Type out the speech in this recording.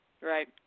Right